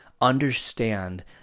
understand